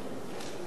ככה שאל.